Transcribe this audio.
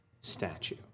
statue